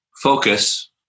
Focus